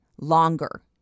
longer